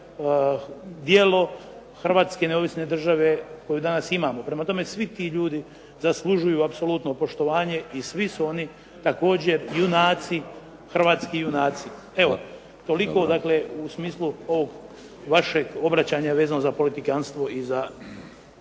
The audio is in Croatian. djelo Hrvatske neovisne države koju danas imamo. Prema tome, svi ti ljudi zaslužuju apsolutno poštovanje i svi su oni također junaci, hrvatski junaci. Evo, toliko dakle, u smislu ovog vašeg obraćanja vezano za politikanstvo i za